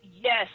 yes